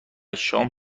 شام